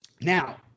Now